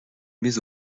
met